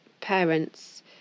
parents